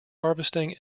harvesting